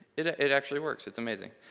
it it actually works. it's amazing.